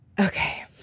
okay